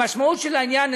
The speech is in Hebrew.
המשמעות של העניין,